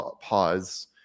pause